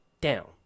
down